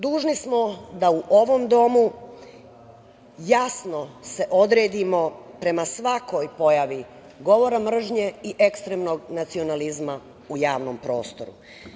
Dužni smo da u ovom domu jasno se odredimo prema svakoj pojavi govora mržnje i ekstremnog nacionalizma u javnom prostoru.